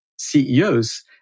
CEOs